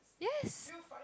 yes